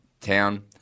town